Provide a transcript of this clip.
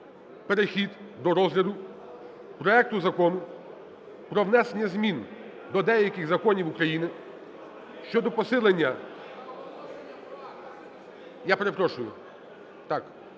перехід до розгляду проекту Закону про внесення змін до деяких законів України щодо посилення… Я перепрошую. Так.